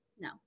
No